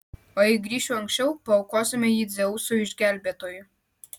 o jei grįšiu anksčiau paaukosime jį dzeusui išgelbėtojui